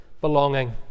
belonging